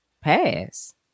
pass